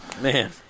Man